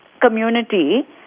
community